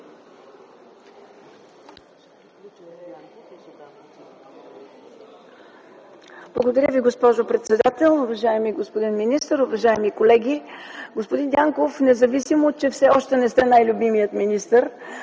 Благодаря Ви, госпожо председател. Уважаеми господин министър, уважаеми колеги! Господин Дянков, независимо че все още не сте най-любимият министър,